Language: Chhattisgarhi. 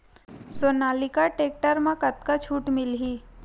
सोनालिका टेक्टर म कतका छूट मिलही?